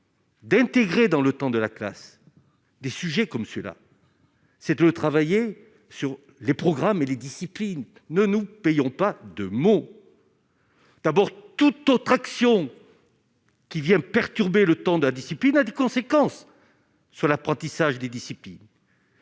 d'intégrer dans le temps de la classe des sujets comme celui-là, c'est de travailler sur les programmes et les disciplines ne nous payons pas de mots d'abord toute autre action qui vient perturber le temps d'indiscipline a de conséquences sur l'apprentissage des disciplines